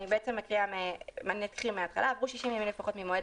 אני אקריא מההתחלה: "עברו 60 ימים לפחות ממועד